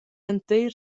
entir